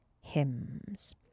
hymns